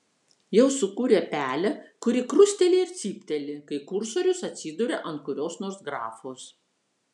jau sukūrė pelę kuri krusteli ir cypteli kai kursorius atsiduria ant kurios nors grafos